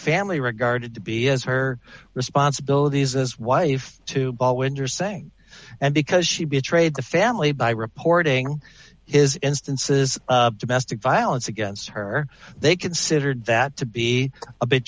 family regarded to be as her responsibilities as wife to ball when you're saying and because she betrayed the family by reporting is instances domestic violence against her they considered that to be a b